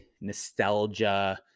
nostalgia